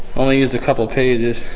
only use a couple pages.